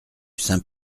saint